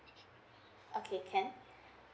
okay can